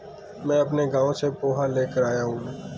मैं अपने गांव से पोहा लेकर आया हूं